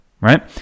right